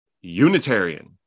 Unitarian